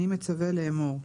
אני מצווה לאמור: